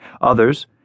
Others